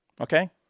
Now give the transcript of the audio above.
Okay